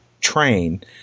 train